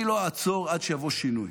אני לא אעצור עד שיבוא שינוי.